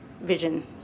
vision